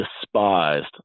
despised